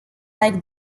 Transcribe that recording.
like